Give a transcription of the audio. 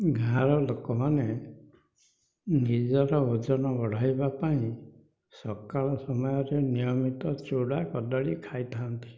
ଗାଁର ଲୋକମାନେ ନିଜର ଓଜନ ବଢ଼େଇବା ପାଇଁ ସକାଳ ସମୟରେ ନିୟମିତ ଚୁଡ଼ା କଦଳୀ ଖାଇଥାନ୍ତି